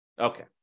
Okay